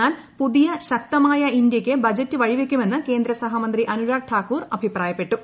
എന്നാൽ പുതിയ ശക്തമായ ഇന്ത്യയ്ക്ക് ബജറ്റ് വഴിവെക്കുമെന്ന് കേന്ദ്രസഹമന്ത്രി അനുരാഗ് അഭിപ്രായപ്പെട്ടു